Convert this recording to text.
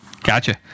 Gotcha